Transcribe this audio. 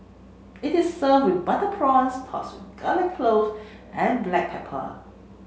it is served with butter prawns tossed garlic clove and black pepper